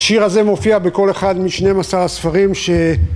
השיר הזה מופיע בכל אחד משנים עשר הספרים ש